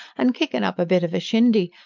and kickin' up a bit of a shindy,